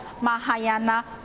Mahayana